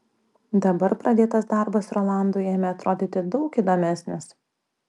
dabar pradėtas darbas rolandui ėmė atrodyti daug įdomesnis